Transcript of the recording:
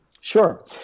Sure